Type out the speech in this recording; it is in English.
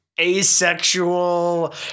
asexual